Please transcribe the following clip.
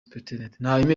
supt